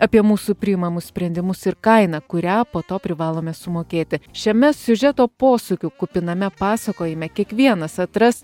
apie mūsų priimamus sprendimus ir kainą kurią po to privalome sumokėti šiame siužeto posūkių kupiname pasakojime kiekvienas atras